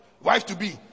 wife-to-be